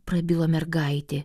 prabilo mergaitė